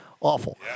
Awful